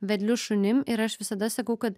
vedliu šunim ir aš visada sakau kad